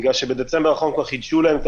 בגלל שבדצמבר האחרון כבר חידשו להם את